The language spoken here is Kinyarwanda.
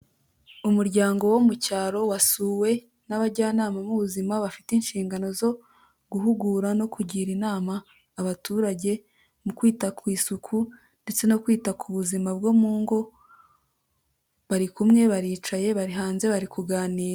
Umuryango wo mu cyaro, wasuwe n'abajyanama b'ubuzima, bafite inshingano zo guhugura no kugira inama abaturage, mu kwita ku isuku ndetse no kwita ku buzima bwo mu ngo; bari kumwe baricaye, bari hanze bari kuganira.